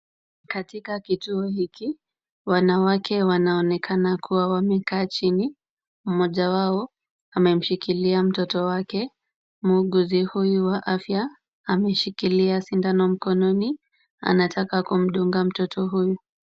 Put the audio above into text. Katika kituo hiki, wanawake wanaonekana kuwa wamekaa chini. Mmoja wao amemshikilia mtoto wake. Muuguzi huyu wa afya ameshikilia sindano mkononi, anataka kumdunga mtoto huyu.